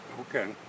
Okay